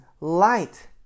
light